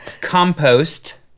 Compost